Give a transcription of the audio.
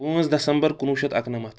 پٲنٛژھ دَسمبر کُنوُہ شیٚتھ اَکنَمَتھ